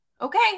okay